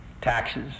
taxes